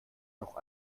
noch